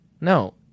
No